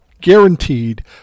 guaranteed